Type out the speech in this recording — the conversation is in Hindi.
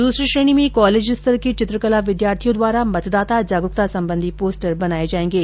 दूसरी श्रेणी में कॉलेज स्तर के चित्रकला विद्यार्थियों द्वारा मतदाता जागरूकता संबंधी पोस्टर बनाए जाएंगे